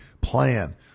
plan